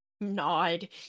Nod